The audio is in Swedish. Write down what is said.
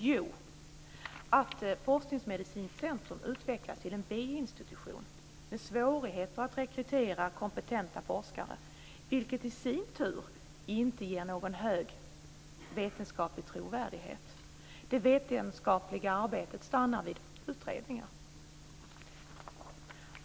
Jo, att institution med svårigheter att rekrytera kompetenta forskare, vilket i sin tur inte ger någon hög vetenskaplig trovärdighet. Det vetenskapliga arbetet stannar vid utredningar.